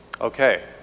Okay